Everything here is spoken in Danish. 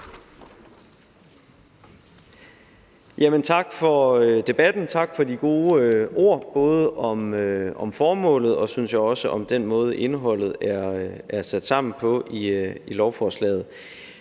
Tak for debatten. Tak for de gode ord om både formålet og, synes jeg også, om den måde, indholdet er sat sammen på i lovforslaget.